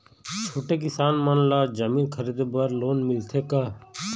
छोटे किसान मन ला जमीन खरीदे बर लोन मिलथे का?